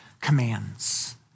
commands